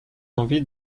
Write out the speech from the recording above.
envie